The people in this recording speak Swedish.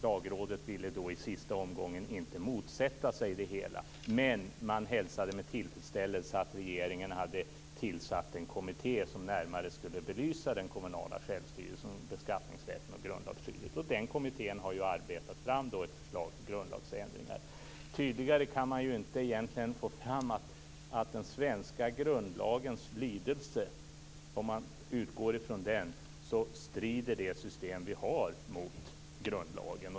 Lagrådet ville i sista omgången inte motsätta sig det hela, men man hälsade med tillfredsställelse att regeringen hade tillsatt en kommitté som närmare skulle belysa den kommunala självstyrelsen, beskattningsrätten och grundlagsskyddet. Den kommittén har arbetat fram ett förslag till grundlagsändringar. Det går inte att tydligare få fram att om man utgår från den svenska grundlagens lydelse strider det system vi har mot grundlagen.